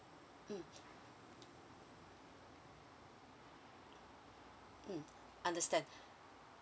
mm mm understand